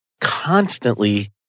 constantly